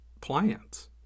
plants